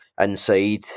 inside